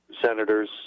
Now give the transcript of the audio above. senators